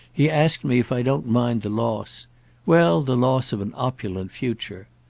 he asked me if i don't mind the loss well, the loss of an opulent future.